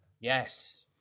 Yes